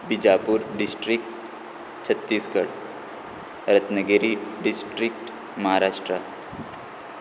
Bijapur district Chhattisgarh Ratnagiri district Maharashtra